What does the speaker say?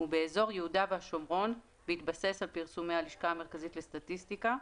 ובאזור יהודה והשומרון בהתבסס על פרסומי הלשכה המרכזית לסטטיסטיקה,